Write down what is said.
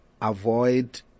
avoid